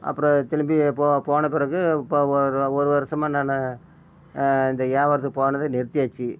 அப்புறோம் திரும்பி போ போன பிறகு இப்போ ஒரு ஒரு வருஷமா நான் இந்த வியாவாரத்துக்கு போறதே நிறுத்தியாச்சு